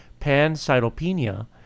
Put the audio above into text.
pancytopenia